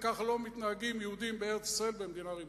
כך לא מתנהגים יהודים בארץ-ישראל במדינה ריבונית.